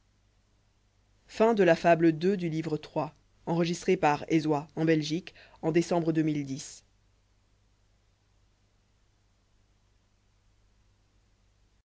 la fable de